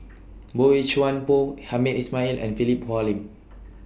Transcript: Boey Chuan Poh Hamed Ismail and Philip Hoalim